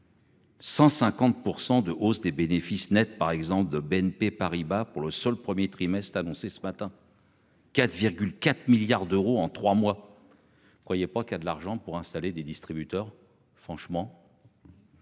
150% de hausse des bénéfices nets par exemple de BNP Paribas pour le seul 1er trimestre, annoncé ce matin. 4 4 milliards d'euros en 3 mois. Croyez pas qu'il y a de l'argent pour installer des distributeurs franchement.